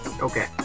Okay